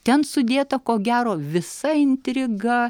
ten sudėta ko gero visa intriga